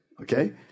Okay